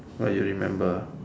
!wah! you remember ah